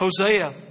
Hosea